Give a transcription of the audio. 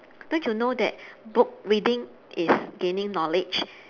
don't you know that book reading is gaining knowledge